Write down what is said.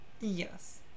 Yes